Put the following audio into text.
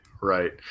right